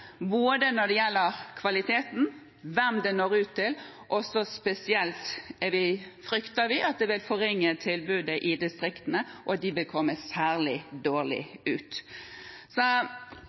både når det gjelder kvaliteten og hvem det når ut til. Spesielt frykter vi at det vil forringe tilbudet i distriktene, og at de vil komme særlig dårlig ut.